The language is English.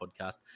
Podcast